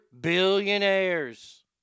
billionaires